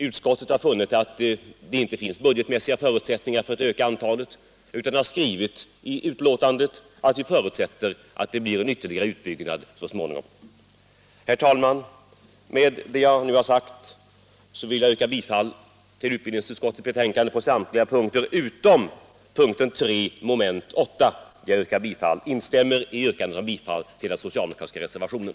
Utskottet har funnit att det inte finns budgetmässiga förutsättningar nu för att öka antalet utan har skrivit i betänkandet att vi förutsätter att det blir en ytterligare utbyggnad så småningom. Herr talman! Med vad jag nu har sagt yrkar jag bifall till vad utskottet hemställt på samtliga punkter utom punkten 3 moment 8, där jag instämmer i yrkandet om bifall till den socialdemokratiska reservationen.